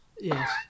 Yes